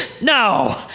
no